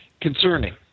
concerning